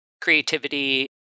creativity